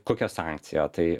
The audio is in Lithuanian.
kokia sankcija tai